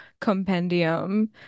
compendium